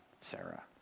Sarah